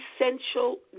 essential